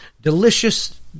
delicious